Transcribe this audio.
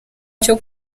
cyo